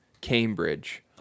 cambridge